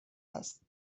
است